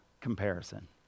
comparison